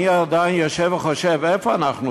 אני עדיין יושב וחושב: איפה אנחנו,